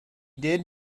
did